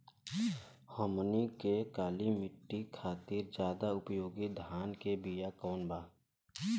हमनी के काली माटी खातिर ज्यादा उपयोगी धान के बिया कवन बा?